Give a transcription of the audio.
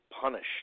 punished